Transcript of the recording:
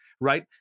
Right